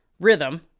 rhythm